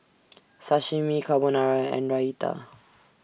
Sashimi Carbonara and Raita